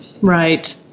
Right